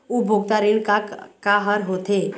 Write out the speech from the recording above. उपभोक्ता ऋण का का हर होथे?